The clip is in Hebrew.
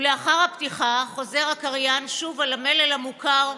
ולאחר הפתיחה חוזר הקריין שוב על המלל המוכר,